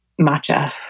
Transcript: Matcha